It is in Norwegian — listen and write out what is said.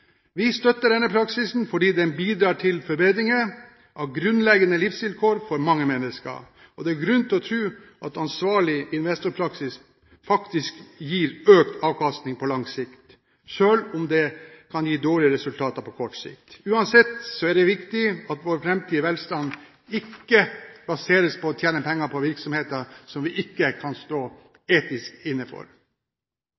Vi støtter denne praksisen fordi den bidrar til forbedringer av grunnleggende livsvilkår for mange mennesker. Det er grunn til å tro at ansvarlig investorpraksis faktisk gir økt avkastning på lang sikt, selv om det kan gi dårligere resultater på kort sikt. Uansett er det viktig at vår framtidige velstand ikke baseres på å tjene penger på virksomheter som vi ikke kan stå